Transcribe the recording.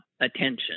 attention